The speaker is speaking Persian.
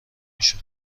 میشد